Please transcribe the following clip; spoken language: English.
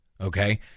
okay